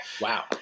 Wow